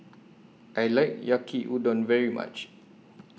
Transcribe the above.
I like Yaki Udon very much